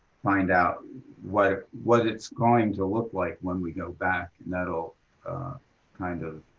find out what what it's going to look like when we go back, and that will kind of